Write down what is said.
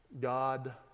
God